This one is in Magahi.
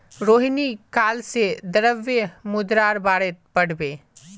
रोहिणी काल से द्रव्य मुद्रार बारेत पढ़बे